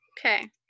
Okay